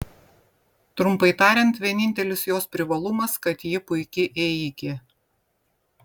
trumpai tariant vienintelis jos privalumas kad ji puiki ėjikė